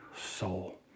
soul